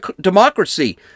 democracy